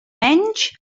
menys